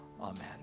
Amen